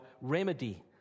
remedy